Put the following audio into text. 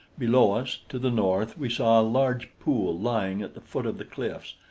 below us, to the north, we saw a large pool lying at the foot of the cliffs,